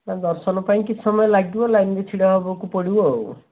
ନା ଦର୍ଶନ ପାଇଁ କିଛି ସମୟ ଲାଗିବ ଲାଇନ୍ରେ ଛିଡ଼ା ହେବାକୁ ପଡ଼ିବ ଆଉ